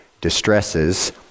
distresses